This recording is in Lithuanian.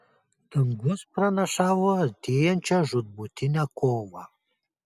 dangus pranašavo artėjančią žūtbūtinę kovą